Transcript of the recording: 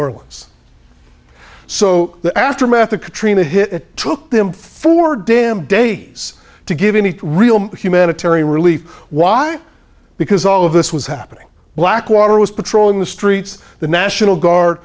orleans so the aftermath of katrina hit it took them four damn days to give any real humanitarian relief why because all of this was happening blackwater was patrolling the streets the national guard